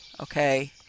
okay